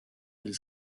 del